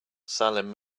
salim